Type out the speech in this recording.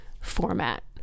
format